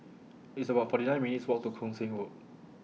It's about forty nine minutes' Walk to Koon Seng Road